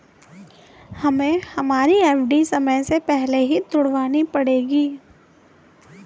हमें हमारी एफ.डी समय से पहले ही तुड़वानी पड़ेगी